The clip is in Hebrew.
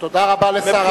תודה רבה לשר האוצר.